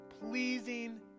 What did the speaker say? pleasing